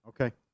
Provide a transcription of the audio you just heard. Okay